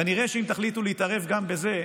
כנראה שאם תחליטו להתערב גם בזה,